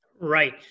Right